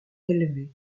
élevée